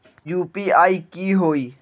UPI की होई?